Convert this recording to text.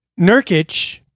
Nurkic